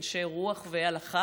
אנשי רוח והלכה,